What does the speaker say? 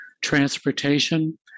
transportation